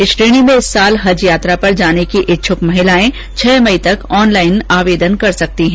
इस श्रेणी में इस साल हज यात्रा पर जाने की इच्छुक महिलाएं छह मई तक ऑनलाइन आवेदन कर सकती है